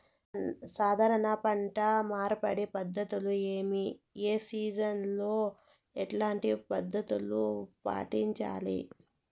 సాధారణ పంట మార్పిడి పద్ధతులు ఏవి? ఏ సీజన్ లో ఎట్లాంటి పద్ధతులు పాటించాలి?